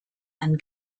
and